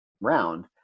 round